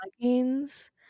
leggings